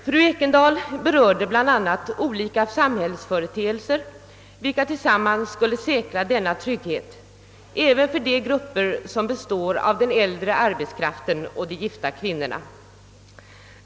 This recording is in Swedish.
Fru Ekendahl berörde bl.a. olika samhällsföreteelser, vilka tillsammans skulle säkra denna trygghet även för sådana grupper som den äldre arbetskraften och de gifta kvinnorna.